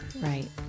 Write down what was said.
Right